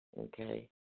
okay